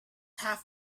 have